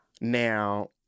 Now